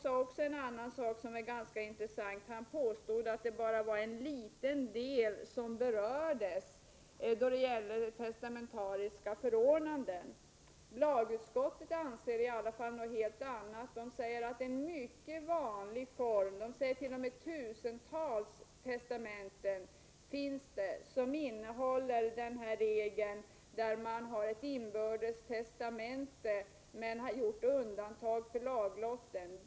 Torsten Karlsson påstod att det bara var en liten grupp som berördes när det gäller testamentariska förordnanden. Lagutskottet är i alla fall av en helt annan uppfattning. Utskottet säger att detta är en mycket vanlig form, att det t.o.m. finns tusentals inbördes testamenten, där det har gjorts undantag för laglotten.